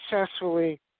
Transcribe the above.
successfully